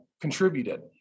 contributed